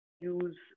Use